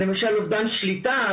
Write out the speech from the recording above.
למשל אובדן שליטה.